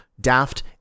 Daft